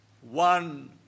one